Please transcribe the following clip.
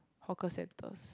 hawker centres